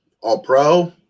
All-Pro